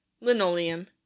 Linoleum